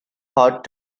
thought